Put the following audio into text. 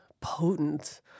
potent